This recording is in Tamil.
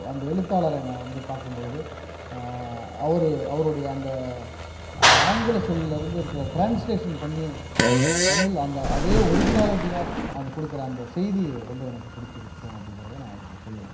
அந்த எழுத்தாளரை நான் வந்து பார்க்கும்பொலுது அவர் அவருடைய அந்த ஆங்கில சொல்லருந்து இருக்கிற ட்ரான்ஸ்லேஷன் பண்ணி அந்த தமிழ் அந்த அதே ஒரிஜினாலிட்டியாக அந்த கொடுக்குற அந்த செய்தி ரொம்ப எனக்கு பிடிச்சிருக்கும் அப்படிங்கிறத நான் அவருக்கு சொல்லுவேன்